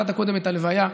דיברת קודם על הלוויה: